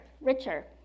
richer